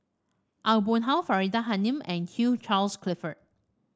Aw Boon Haw Faridah Hanum and Hugh Charles Clifford